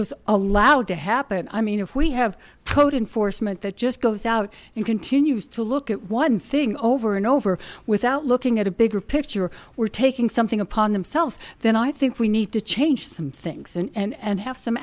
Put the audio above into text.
was allowed to happen i mean if we have potent force meant that just goes out you continues to look at one thing over and over without looking at a bigger picture we're taking something upon themselves then i think we need to change some things and have some